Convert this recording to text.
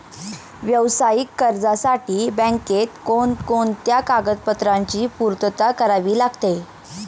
व्यावसायिक कर्जासाठी बँकेत कोणकोणत्या कागदपत्रांची पूर्तता करावी लागते?